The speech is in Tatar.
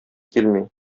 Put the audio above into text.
килми